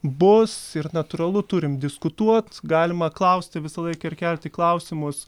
bus ir natūralu turim diskutuot galima klausti visą laiką ir kelti klausimus